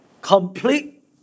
complete